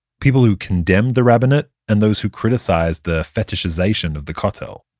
people who condemned the rabbinate and those who criticised the fetishization of the kotel.